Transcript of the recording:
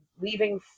leaving